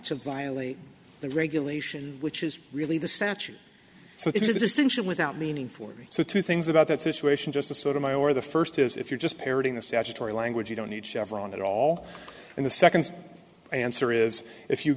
to violate the regulation which is really the statute so it's a distinction without meaning for me so two things about that situation just a sort of my or the first is if you're just parroting the statutory language you don't need chevron at all and the second answer is if you